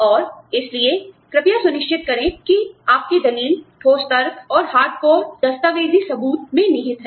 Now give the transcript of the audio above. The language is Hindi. और इसलिए कृपया सुनिश्चित करें कि आपका दलील ठोस तर्क और हार्ड कोर दस्तावेजी साक्ष्य में निहित है